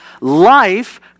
Life